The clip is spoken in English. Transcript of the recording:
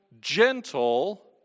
gentle